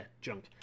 junk